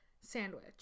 sandwich